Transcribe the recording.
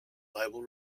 bible